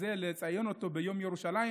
לציין את היום הזה ביום ירושלים,